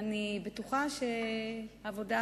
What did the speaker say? ואני בטוחה שהעבודה